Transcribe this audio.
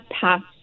past